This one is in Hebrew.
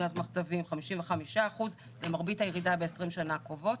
גז מחצבים ב-55% ומרבית הירידה ב-20 שנה הקרובות,